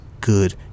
good